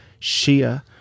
Shia